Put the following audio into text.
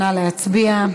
נא להצביע.